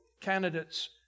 candidates